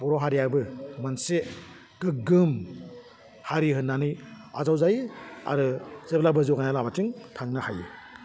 बर हारियाबो मोनसे गोग्गोम हारि होन्नानै आजाव जायो आरो जेब्लाबो जौगानाय लामाथिं थांनो हायो